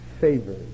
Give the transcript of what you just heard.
favored